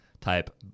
type